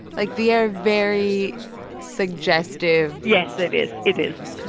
like, they are very suggestive yes, it is. it is